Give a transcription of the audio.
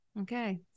Okay